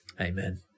Amen